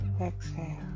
exhale